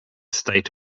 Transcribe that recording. state